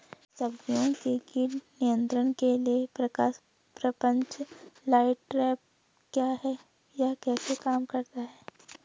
सब्जियों के कीट नियंत्रण के लिए प्रकाश प्रपंच लाइट ट्रैप क्या है यह कैसे काम करता है?